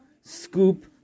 scoop